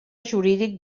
jurídic